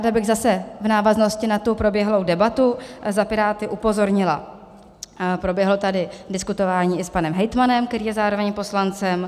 Ráda bych zase v návaznosti na tu proběhlou debatu za Piráty upozornila, proběhlo tady diskutování i s panem hejtmanem, který je zároveň poslancem.